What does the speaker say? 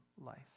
life